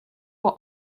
what